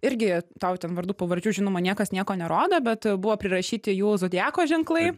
irgi tau ten vardų pavardžių žinoma niekas nieko nerodo bet buvo prirašyti jų zodiako ženklai